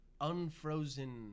unfrozen